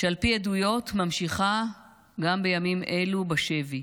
שעל פי עדויות ממשיכה גם בימים אלו בשבי.